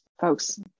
folks